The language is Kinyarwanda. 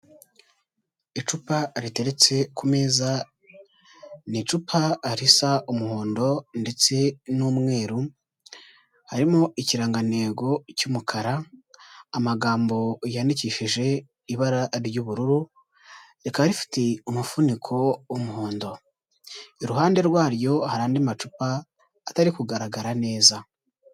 Icupa riteretse ku meza, ni icupa risa umuhondo ndetse n'umweru, harimo ikirangantego cy'umukara, amagambo yandikishije ibara ry'ubururu, rikaba rifite umufuniko w'umuhondo, iruhande rwaryo hari andi macupa atari kugaragara neza.